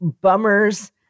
bummers